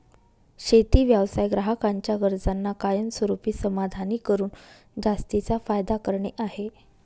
शेती व्यवसाय ग्राहकांच्या गरजांना कायमस्वरूपी समाधानी करून जास्तीचा फायदा करणे आहे